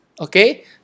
Okay